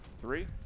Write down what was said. three